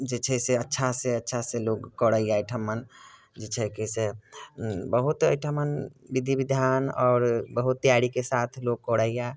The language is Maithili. जे छै से अच्छासँ अच्छासँ लोक करैए एहिठाम जे छै कि से बहुत एहिठाम विधि विधान आओर बहुत तैआरीके साथ लोक करैए